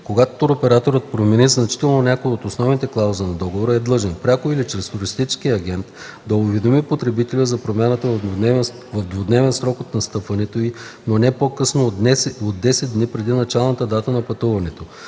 Когато туроператорът промени значително някоя от основните клаузи на договора, е длъжен – пряко или чрез туристическия агент, да уведоми потребителя за промяната в двудневен срок от настъпването й, но не по-късно от 10 дни преди началната дата на пътуването.